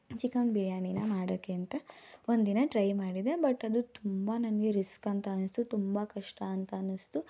chicken ಬಿರಿಯಾನಿನ ಮಾಡೋಕ್ಕೆ ಅಂತ ಒಂದು ದಿನ ಟ್ರೈ ಮಾಡಿದೆ ಬಟ್ ಅದು ತುಂಬ ನನಗೆ ರಿಸ್ಕ್ ಅಂತ ಅನ್ನಿಸಿತು ತುಂಬ ಕಷ್ಟ ಅಂತ ಅನ್ನಿಸಿತು